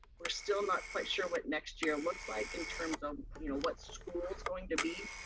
we're still not quite sure what next year looks like in terms um you know what school's going to be,